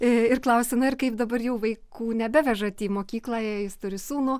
ir klausia na ir kaip dabar jau vaikų nebevežat į mokyklą jis turi sūnų